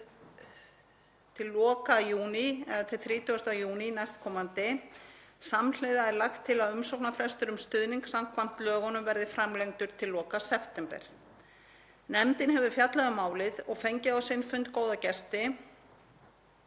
til loka júní, til 30. júní næstkomandi. Samhliða er lagt til að umsóknarfrestur um stuðning samkvæmt lögunum verði framlengdur til loka september. Nefndin hefur fjallað um málið og fengið á sinn fund góða gesti